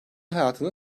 hayatını